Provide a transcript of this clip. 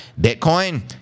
Bitcoin